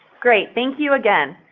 great. thank you again.